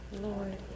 lord